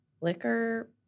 liquor